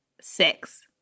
six